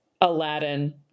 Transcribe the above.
Aladdin